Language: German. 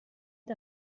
der